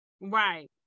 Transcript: Right